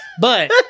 But-